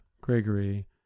Gregory